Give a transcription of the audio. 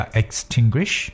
extinguish